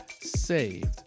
saved